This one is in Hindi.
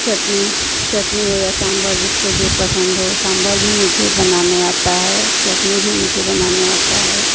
इडली चटनी हो या साम्भर जिसको जो पसन्द हो साम्भर भी मुझे बनाना आता है चटनी भी मुझे बनानी आती है